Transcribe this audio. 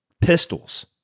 Pistols